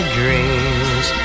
dreams